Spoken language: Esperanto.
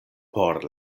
por